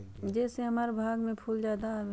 जे से हमार बाग में फुल ज्यादा आवे?